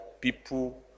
people